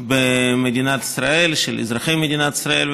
במדינת ישראל, של אזרחי מדינת ישראל.